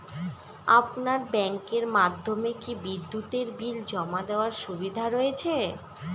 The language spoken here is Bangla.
আপনার ব্যাংকের মাধ্যমে কি বিদ্যুতের বিল জমা দেওয়ার সুবিধা রয়েছে?